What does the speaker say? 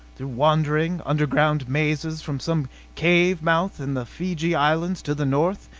through wandering underground mazes, from some cave mouth in the fiji islands to the north?